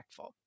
impactful